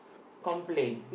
complain